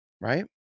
right